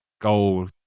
goal